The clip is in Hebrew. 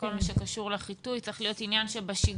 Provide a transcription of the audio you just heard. כל מה שקשור לחיטוי צריך להיות עניין שבשגרה.